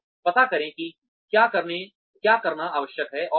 तो पता करें कि क्या करना आवश्यक है